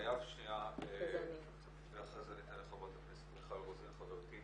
חייב שנייה --- אחרי זה אני אתן לחברת הכנסת מיכל רוזין,